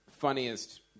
funniest